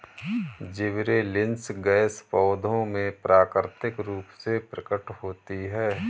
gibberellins gas पौधों में प्राकृतिक रूप से प्रकट होती है